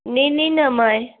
नेईं नेईं नमां ऐ